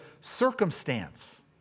circumstance